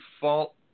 fault